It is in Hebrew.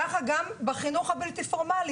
וכך גם בחינוך הבלתי פורמלי.